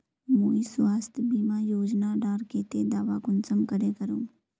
मुई स्वास्थ्य बीमा योजना डार केते दावा कुंसम करे करूम?